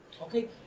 Okay